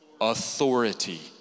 Authority